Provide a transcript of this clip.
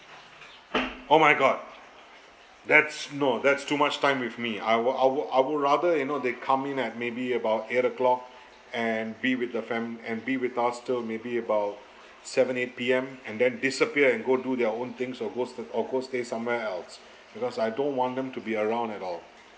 oh my god that's no that's too much time with me I wo~ I wo~ I would rather you know they come in at maybe about eight o'clock and be with the fami~ and be with us till maybe about seven eight P_M and then disappear and go do their own thing so goes the or go stay somewhere else because I don't want them to be around at all